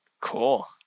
cool